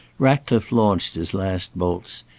ratcliffe launched his last bolts.